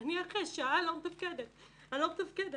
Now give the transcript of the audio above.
אני אחרי שעה לא מתפקדת, אני לא מתפקדת.